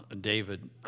David